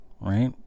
right